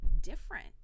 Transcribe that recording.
different